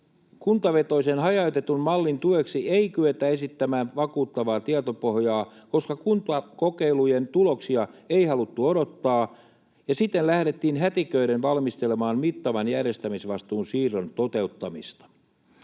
kuntavetoisen hajautetun mallin tueksi ei kyetä esittämään vakuuttavaa tietopohjaa, koska kuntakokeilujen tuloksia ei haluttu odottaa, ja siten lähdettiin hätiköiden valmistelemaan mittavan järjestämisvastuun siirron toteuttamista.